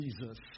Jesus